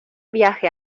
viaje